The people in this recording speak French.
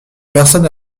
personne